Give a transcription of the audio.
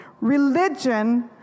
Religion